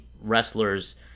wrestlers